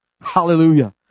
Hallelujah